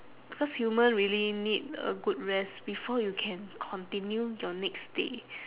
because human really need a good rest before you can continue your next day